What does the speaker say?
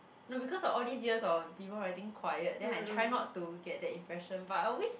no because of all these years of people writing quiet then I try not to get the impression but I always